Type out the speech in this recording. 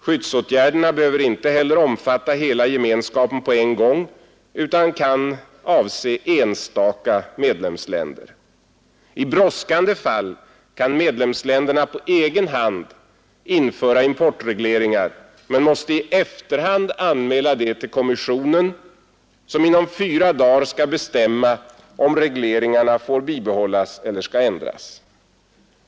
Skyddsåtgärderna behöver inte heller omfatta hela gemenskapen på en gång utan kan avse enstaka medlemsländer. I brådskande fall kan medlemsländerna på egen hand införa importregleringar men måste i efterhand anmäla detta till kommissionen, som inom fyra dagar skall bestämma om regleringarna får bibehållas eller skall ändras.